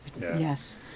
Yes